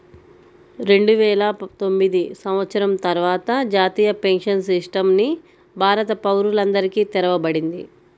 రెండువేల తొమ్మిది సంవత్సరం తర్వాత జాతీయ పెన్షన్ సిస్టమ్ ని భారత పౌరులందరికీ తెరవబడింది